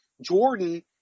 Jordan